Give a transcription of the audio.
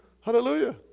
Hallelujah